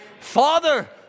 Father